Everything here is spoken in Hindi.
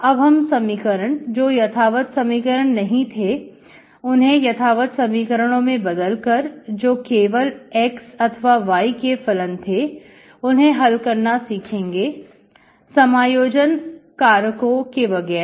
अब हम समीकरण जो यथावत समीकरण नहीं थे उन्हें यथावत समीकरणों में बदलकर जो केवल x अथवा y के फलन थे उन्हें हल करना सीखेंगे समायोजन कारकों के बगैर